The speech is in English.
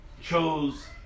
chose